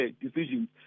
decisions